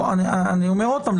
אני אומר עוד פעם,